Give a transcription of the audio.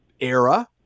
era